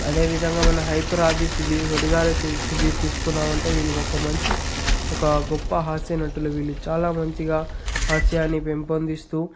అదే విధంగా మన హైపర్ ఆది సుధీర్ సుడిగాలి సుధీర్ తీసుకున్నామంటే వీళ్ళు ఒక మంచి ఒక గొప్ప హాస్య నటులు వీళ్ళు చాలా మంచిగా హాస్యాన్ని పెంపొందిస్తూ